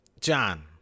John